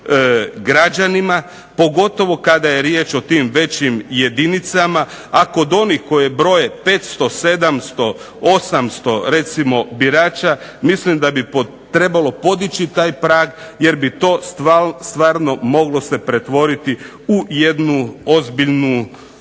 građanima pogotovo kada je riječ o tim većim jedinicama, a kod onih koje broje 500, 700, 800 recimo birača mislim da bi trebalo podići taj prag jer bi to stvarno moglo se pretvoriti u jednu ozbiljnu zlouporabu.